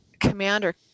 commander